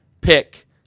pick